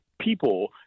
people